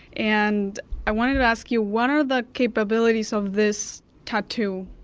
and i wanted to ask you, what are the capabilities of this tattoo?